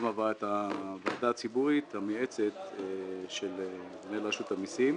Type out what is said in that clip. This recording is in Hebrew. עברה את הוועדה הציבורית המייעצת של מנהל רשות המיסים